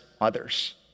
others